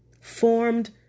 formed